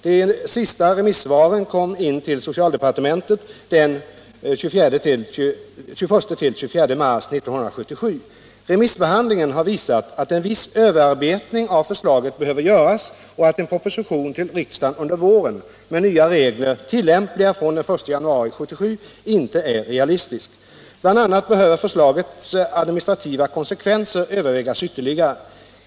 De sista remissvaren kom in till socialdepartementet den 21-24 mars 1977. Remissbehandlingen har visat att en viss överarbetning av förslaget behöver göras och att en proposition till riksdagen under våren med nya regler tillämpliga från den 1 januari 1977 inte är realistisk. Bl. a. behöver förslagets administrativa konsekvenser övervägas ytterligare.